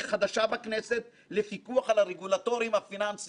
הגדולים בעניין וזו תיחשף לכל החומרים הנדרשים,